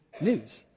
news